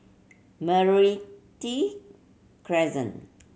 Meranti Crescent